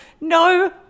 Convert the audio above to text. no